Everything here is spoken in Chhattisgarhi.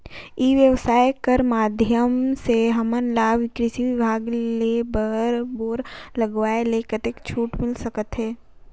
ई व्यवसाय कर माध्यम से हमन ला कृषि विभाग ले बोर लगवाए ले कतका छूट मिल सकत हे?